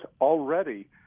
already